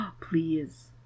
please